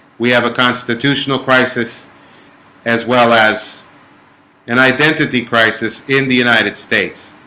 we have a constitutional crisis as well as an identity crisis in the united states